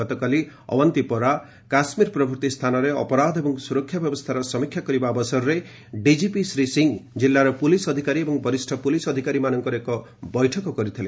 ଗତକାଲି ଅଓ୍ପନ୍ତିପୋରା କାଶ୍ମୀର ପ୍ରଭୃତି ସ୍ଥାନରେ ଅପରାଧ ଏବଂ ସୁରକ୍ଷା ବ୍ୟବସ୍ଥାର ସମୀକ୍ଷା କରିବା ଅବସରରେ ଡିଜିପି ଶ୍ରୀ ସିଂହ ଜିଲ୍ଲାର ପୁଲିସ୍ ଅଧିକାରୀ ଏବଂ ବରିଷ୍ଣ ପୁଲିସ୍ ଅଧିକାରୀମାନଙ୍କର ଏକ ବୈଠକ କରିଥିଲେ